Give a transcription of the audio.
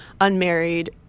unmarried